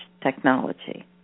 technology